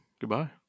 Goodbye